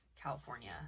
california